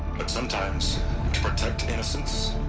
but sometimes. to protect innocents.